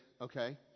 Okay